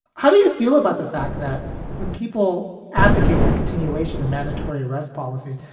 how do you feel about the fact that when people advocate the continuation of mandatory arrest policies,